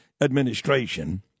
administration